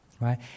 right